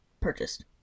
purchased